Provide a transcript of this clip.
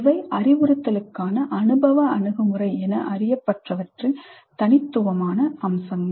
இவை அறிவுறுத்தலுக்கான அனுபவ அணுகுமுறை என அறியப்பட்டவற்றின் தனித்துவமான அம்சங்கள்